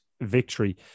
victory